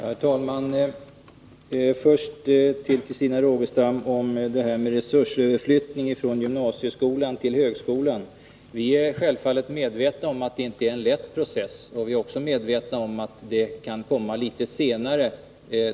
Herr talman! Först vill jag till Christina Rogestam säga om resursöverflyttningen från gymnasieskolan till högskolan att vi självfallet är medvetna om att detta inte är någon lätt process. Vi är också medvetna om att denna överflyttning kan komma litet senare.